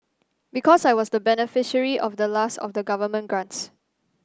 because I was the beneficiary of the last of the government grants